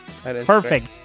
Perfect